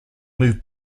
move